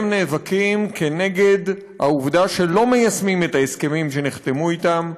הם נאבקים כנגד העובדה שלא מיישמים את ההסכמים שנחתמו אתם,